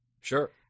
Sure